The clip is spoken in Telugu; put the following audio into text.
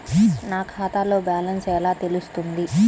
నా ఖాతాలో బ్యాలెన్స్ ఎలా తెలుస్తుంది?